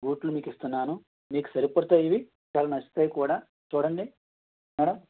బూట్లు మీకిస్తున్నాను మీకు సరిపోతాయా ఇవి చాలా నచ్చుతాయి కూడా చూడండి మ్యాడమ్